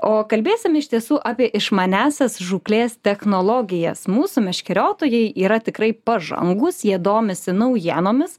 o kalbėsim iš tiesų apie išmaniąsias žūklės technologijas mūsų meškeriotojai yra tikrai pažangūs jie domisi naujienomis